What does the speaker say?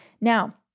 Now